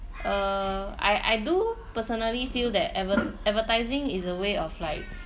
uh I I do personally feel that advert~ advertising is a way of life